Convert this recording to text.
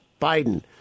Biden